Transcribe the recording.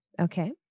Okay